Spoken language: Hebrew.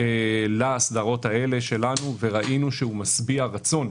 להסדרות שלנו וראינו שהוא משביע רצון.